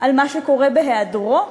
על מה שקורה בהיעדרו?